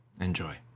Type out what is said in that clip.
Enjoy